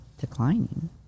declining